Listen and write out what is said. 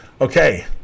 Okay